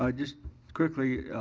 ah just quickly,